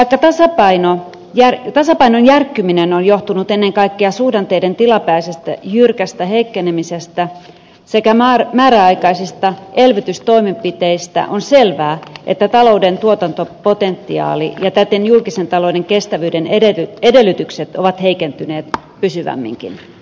vaikka tasapainon järkkyminen on johtunut ennen kaikkea suhdanteiden tilapäisestä jyrkästä heikkenemisestä sekä määräaikaisista elvytystoimenpiteistä on selvää että talouden tuotantopotentiaali ja täten julkisen talouden kestävyyden edellytykset ovat heikentyneet pysyvämminkin